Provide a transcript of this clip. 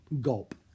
gulp